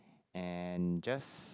and just